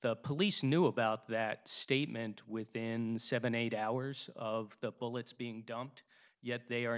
the police knew about that statement within seven eight hours of the bullets being dumped yet they are